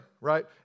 right